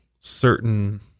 certain